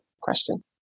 question